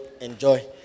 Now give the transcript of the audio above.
enjoy